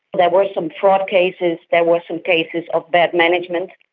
there were some fraud cases, there were some cases of bad management.